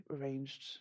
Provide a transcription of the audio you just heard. arranged